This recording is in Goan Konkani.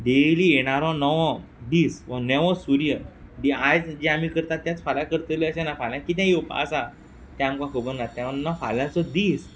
देली येणारो नोवो दीस व्हो नेवो सूर्य डी आयज जें आमी करतात तेंच फाल्यां करतलीं अशें ना फाल्यां किदें येवपा आसा तें आमकां खबन्ना तेओन्ना फाल्यांचो दीस